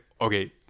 okay